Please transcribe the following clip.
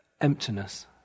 emptiness